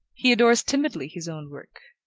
he adores timidly his own work.